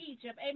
Egypt